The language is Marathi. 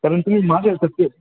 परंतु मी